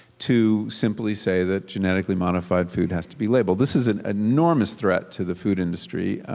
to simply say that genetically modified food has to be labeled. this is an enormous threat to the food industry,